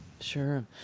Sure